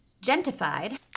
Gentified